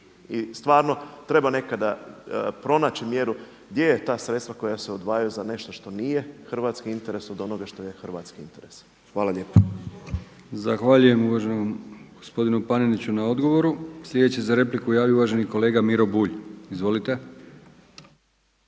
I stvarno treba nekada pronaći mjeru gdje su ta sredstva koja se odvajaju za nešto što nije hrvatski interes od onoga što je hrvatski interes. **Brkić, Milijan (HDZ)** Zahvaljujem uvaženom kolegi Paneniću na odgovoru. Sljedeći se za repliku javio uvaženi kolega Miro Bulj. Izvolite.